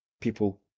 people